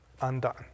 undone